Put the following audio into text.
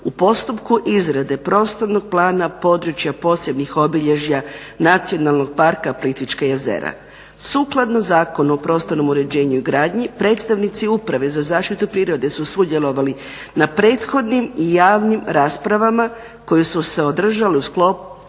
u postupku izrade prostornog plana područja posebnih obilježja Nacionalnog parka Plitvička jezera. Sukladno Zakonu o prostornom uređenju i gradnji predstavnici uprave za zaštiti u prirode su sudjelovali na prethodnim i javnim raspravama koje su se održali u sklopu